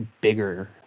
bigger